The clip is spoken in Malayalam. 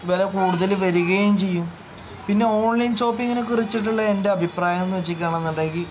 വില കൂടുതൽ വരികയും ചെയ്യും പിന്നെ ഓൺലൈൻ ഷോപ്പിങ്ങിനെക്കുറിച്ചിട്ടുള്ള എൻ്റെ അഭിപ്രായം എന്ന് വെച്ചിരിക്കുകയാണ് എന്നുണ്ടെങ്കിൽ